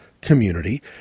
community